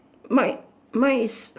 my my is